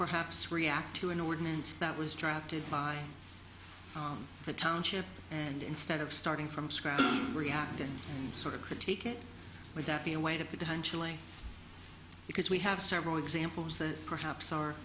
perhaps react to an ordinance that was drafted by the township and instead of starting from scratch reacting and sort of critique it like that in a way to potentially because we have several examples that perhaps are